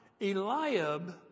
Eliab